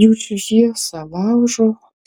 jų šviesą laužo